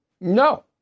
No